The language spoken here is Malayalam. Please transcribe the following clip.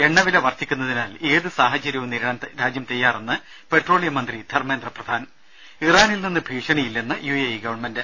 എണ്ണ വില വർദ്ധിക്കുന്നതിനാൽ ഏത് സാഹചര്യവും നേരിടാൻ രാജ്യം തയ്യാറെന്ന് പെട്രോളിയം മന്ത്രി ധർമ്മേന്ദ്ര പ്രധാൻ ഇറാനിൽ നിന്ന് ഭീഷണിയില്ലെന്ന് യു എ ഇിഗവൺമെന്റ്